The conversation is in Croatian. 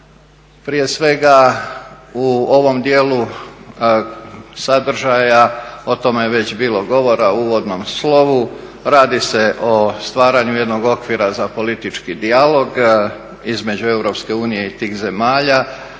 Prije svega u ovom dijelu sadržaja, o tome je već bilo govora u uvodnom slovu, radi se o stvaranju jednog okvira za politički dijalog između EU i tih zemalja,